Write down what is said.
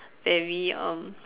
very um